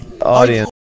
Audience